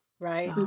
Right